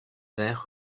vers